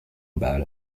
about